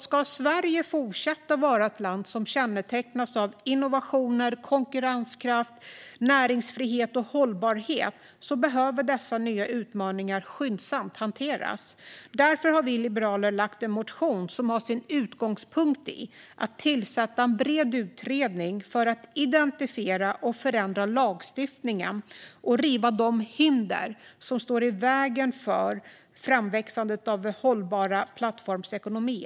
Ska Sverige fortsätta att vara ett land som kännetecknas av innovationer, konkurrenskraft, näringsfrihet och hållbarhet behöver dessa nya utmaningar skyndsamt hanteras. Därför har vi liberaler lagt fram en motion som har sin utgångspunkt i att tillsätta en bred utredning för att identifiera och förändra lagstiftningen och riva de hinder som står i vägen för framväxandet av en hållbar plattformsekonomi.